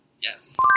Yes